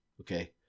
okay